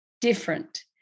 different